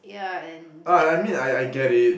ya and you get